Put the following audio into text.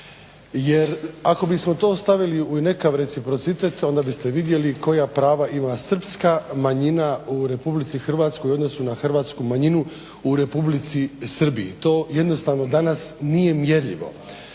Jer ako bismo to stavili u nekakav reciprocitet, onda biste vidjeli koja prava ima Srpska manjina u Republici Hrvatskoj u odnosu na Hrvatsku manjinu u Republici Srbiji. To jednostavno danas nije mjerljivo.